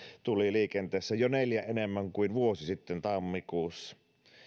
tuli liikenteessä jo neljä enemmän kuin vuosi sitten tammikuussa ja